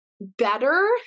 better